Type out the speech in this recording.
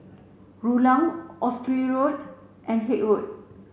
Rulang Oxley Road and Haig Road